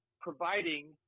providing